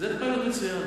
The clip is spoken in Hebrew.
לאי-קבלה של מענק איזון